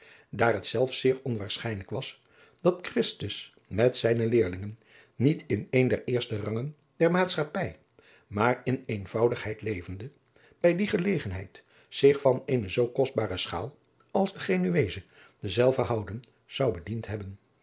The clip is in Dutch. daar het zelfs zeer onwaarschijnlijk was dat christus met zijne leerlingen niet in een der adriaan loosjes pzn het leven van maurits lijnslager eerste rangen der maatschappij maar in eenvoudigheid levende bij die gelegenheid zich van eene zoo kostbare schaal als de genuezen dezelve houden zou bediend hebben